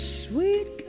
sweet